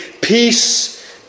Peace